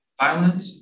violent